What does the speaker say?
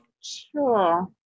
Sure